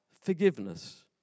forgiveness